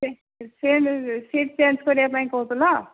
ସେ ସେ seat change କରିବା ପାଇଁ କହୁଥିଲ